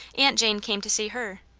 aunt jane came to see her.